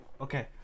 Okay